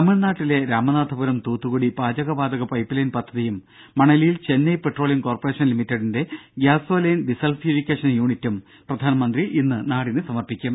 തമിഴ്നാട്ടിലെ രാമനാഥപുരം തൂത്തുകുടി പാചകവാതക പൈപ്പ്ലൈൻ പദ്ധതിയും മണലിയിൽ ചെന്നൈ പെട്രോളിയം കോർപറേഷൻ ലിമിറ്റഡിൻെറ ഗ്യാസോലൈൻ ഡിസൾഫ്യൂരിക്കേഷൻ യൂണിറ്റും പ്രധാനമന്ത്രി ഇന്ന് നാടിന് സമർപ്പിക്കും